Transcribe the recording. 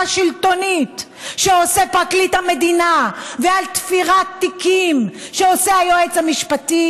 שלטונית שעושה פרקליט המדינה ועל תפירת תיקים שעושה היועץ המשפטי,